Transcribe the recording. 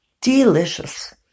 Delicious